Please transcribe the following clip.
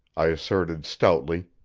i asserted stoutly,